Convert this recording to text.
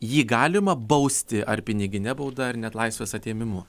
jį galima bausti ar pinigine bauda ar net laisvės atėmimu